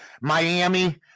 Miami